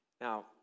Now